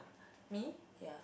me